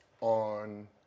on